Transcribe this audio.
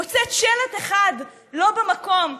מוצאת שלט אחד לא במקום,